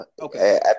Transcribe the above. Okay